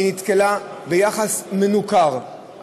היא נתקלה ביחס מנוכר,